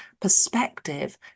perspective